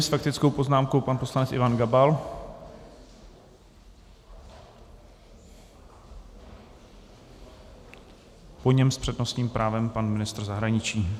S faktickou poznámkou pan poslanec Ivan Gabal, po něm s přednostním právem pan ministr zahraničí.